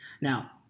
now